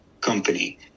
company